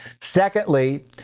Secondly